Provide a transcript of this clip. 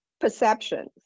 perceptions